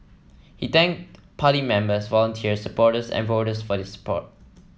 he thanked party members volunteers supporters and voters for their support